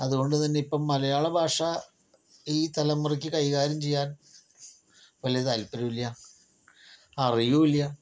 അതുകൊണ്ട് തന്നെ ഇപ്പോൾ മലയാള ഭാഷ ഈ തലമുറക്ക് കൈകാര്യം ചെയ്യാൻ വല്യ താൽപര്യം ഇല്ല അറിയുകയും ഇല്ല